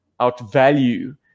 outvalue